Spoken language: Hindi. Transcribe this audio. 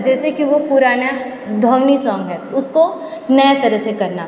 जैसे कि वह पुराना ध्वनी सॉन्ग है उसको नया तरह से करना